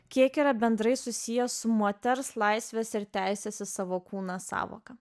kiek yra bendrai susiję su moters laisvės ir teisės į savo kūną sąvoka